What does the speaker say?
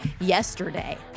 yesterday